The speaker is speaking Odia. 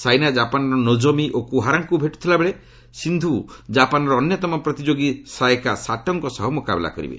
ସାଇନା ଜାପାନ୍ର ନୋଜୋମି ଓକୁହାରାଙ୍କୁ ଭେଟୁଥିଲାବେଳେ ସିନ୍ଧୁ ଜାପାନ୍ର ଅନ୍ୟତମ ପ୍ରତିଯୋଗୀ ସାୟାକା ସାଟୋଙ୍କ ସହ ମୁକାବିଲା କରିବେ